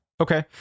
Okay